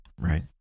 right